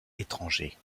étrangers